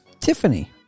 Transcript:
Tiffany